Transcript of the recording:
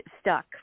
stuck